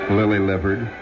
lily-livered